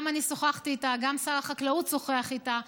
גם אני שוחחתי איתה, גם שר החקלאות שוחח איתה,